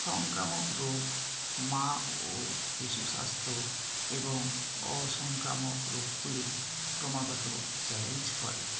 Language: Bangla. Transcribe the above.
সংক্রামক রোগ মা ও শিশু স্বাস্থ্য এবং অসংক্রামক রোগগুলি ক্রমাগত চ্যালেঞ্জ করে